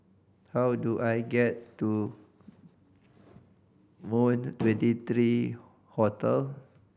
how do I get to Moon Twenty three Hotel